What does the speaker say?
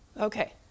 Okay